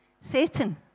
Satan